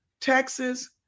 Texas